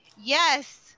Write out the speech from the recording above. Yes